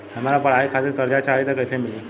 हमरा पढ़ाई खातिर कर्जा चाही त कैसे मिली?